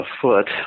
afoot